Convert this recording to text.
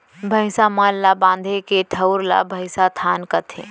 भईंसा मन ल बांधे के ठउर ल भइंसथान कथें